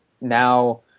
now